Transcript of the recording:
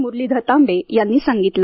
मुरलीधर तांबे यांनी सांगितले